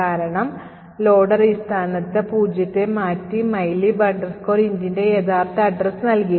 കാരണം loader ഈ സ്ഥാനത്ത് പൂജ്യത്തെ മാറ്റി mylib intന്റെ യഥാർത്ഥ address നൽകി